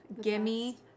Gimme